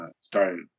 started